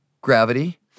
gravity